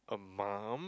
a mum